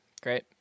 Great